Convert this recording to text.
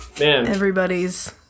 Everybody's